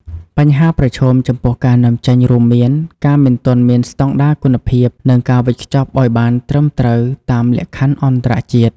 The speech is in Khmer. បញ្ហាប្រឈមចំពោះការនាំចេញរួមមាន ការមិនទាន់មានស្តង់ដារគុណភាព និងការវេចខ្ចប់ឲ្យបានត្រឹមត្រូវតាមលក្ខខណ្ឌអន្តរជាតិ។